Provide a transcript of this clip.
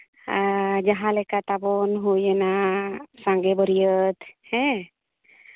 ᱟᱨ ᱡᱟᱦᱟᱸ ᱞᱮᱠᱟ ᱛᱟᱵᱚᱱ ᱦᱩᱭ ᱮᱱᱟ ᱥᱟᱸᱜᱮ ᱵᱟᱹᱨᱭᱟᱹᱛ ᱦᱮᱸ